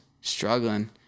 struggling